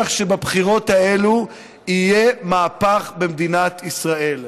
שבבחירות האלה יהיה מהפך במדינת ישראל.